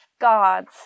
gods